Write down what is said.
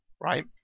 right